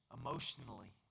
emotionally